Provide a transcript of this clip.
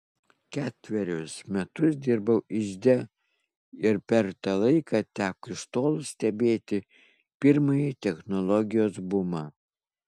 ketverius metus dirbau ižde ir per tą laiką teko iš tolo stebėti pirmąjį technologijos bumą